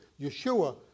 Yeshua